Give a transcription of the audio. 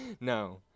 No